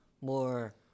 more